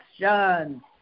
question